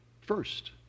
first